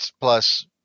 plus